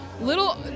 little